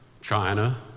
china